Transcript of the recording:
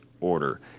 order